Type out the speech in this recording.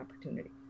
opportunity